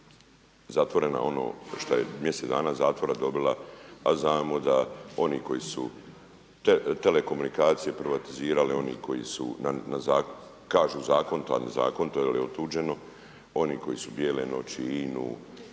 zatvorena ono šta je mjesec dana zatvora dobila, a znamo da oni koji su telekomunikacije privatizirali, oni koji su kažu zakonito, a ne zakonito jel je otuđeno oni koji su Bijele noći,